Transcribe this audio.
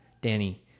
Danny